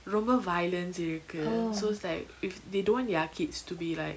ரொம்ப:romba violence இருக்கு:iruku so it's like if they don't want their kids to be like